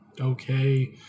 okay